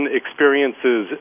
experiences